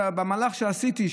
במהלך שעשיתי,